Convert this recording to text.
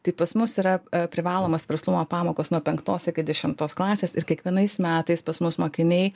tai pas mus yra privalomos verslumo pamokos nuo penktos iki dešimtos klasės ir kiekvienais metais pas mus mokiniai